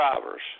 drivers